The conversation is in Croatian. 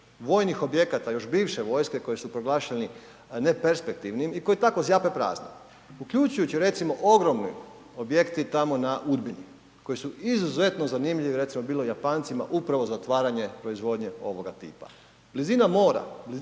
vojni objekata još bivše vojske koji su proglašeni ne perspektivnim i koji tako zjape prazni. Uključujući recimo ogromni objekti tamo na Udbini koji su izuzetno zanimljivi recimo bili Japancima upravo za otvaranje proizvodnje ovoga tipa. Blizina mora,